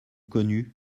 connue